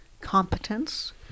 competence